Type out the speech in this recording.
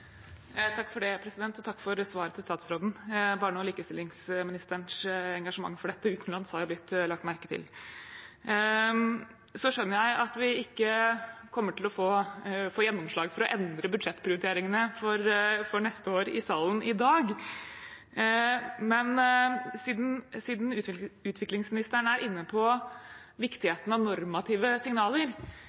Takk for svaret til statsråden. Barne- og likestillingsministerens engasjement for dette utenlands har blitt lagt merke til. Jeg skjønner at vi ikke kommer til å få gjennomslag for å endre budsjettprioriteringene for neste år i salen i dag. Men siden utviklingsministeren er inne på viktigheten av normative signaler: